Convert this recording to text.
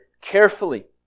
carefully